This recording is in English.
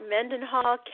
Mendenhall